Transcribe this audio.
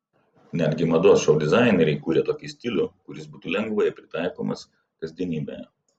netgi mados šou dizaineriai kūrė tokį stilių kuris būtų lengvai pritaikomas kasdienybėje